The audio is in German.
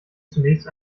zunächst